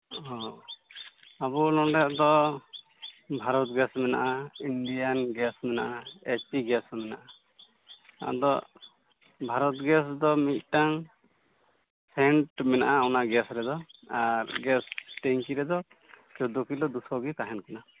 ᱚ ᱟᱵᱚ ᱱᱚᱰᱮ ᱫᱚ ᱵᱷᱟᱨᱚᱛ ᱜᱮᱥ ᱢᱮᱱᱟᱜᱼᱟ ᱤᱱᱰᱤᱭᱟᱱ ᱜᱮᱥ ᱢᱮᱱᱟᱜᱼᱟ ᱮᱭᱤᱪ ᱯᱤ ᱜᱮᱥ ᱦᱚᱸ ᱢᱮᱱᱟᱜᱼᱟ ᱟᱫᱚ ᱵᱷᱟᱨᱚᱛ ᱜᱮᱥ ᱫᱚ ᱢᱤᱫᱴᱟᱝ ᱥᱮᱱᱴ ᱢᱮᱱᱟᱜᱼᱟ ᱚᱱᱟ ᱜᱮᱥ ᱨᱮᱫᱚ ᱟᱨ ᱜᱮᱥ ᱴᱮᱝᱠᱤ ᱨᱮᱫᱚ ᱪᱳᱫᱫᱳ ᱠᱤᱞᱳ ᱫᱩ ᱥᱚ ᱜᱮ ᱛᱟᱦᱮᱱ ᱠᱟᱱᱟ